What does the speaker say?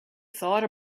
thought